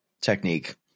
technique